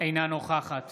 אינה נוכחת